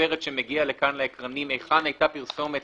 בסרט שמגיע לכאן לאקרנים היכן היתה פרסומת,